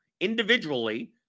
individually